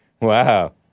Wow